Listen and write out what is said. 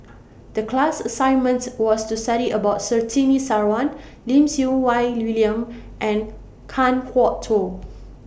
The class assignment was to study about Surtini Sarwan Lim Siew Wai William and Kan Kwok Toh